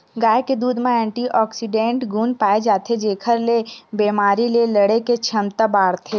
गाय के दूद म एंटीऑक्सीडेंट गुन पाए जाथे जेखर ले बेमारी ले लड़े के छमता बाड़थे